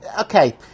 okay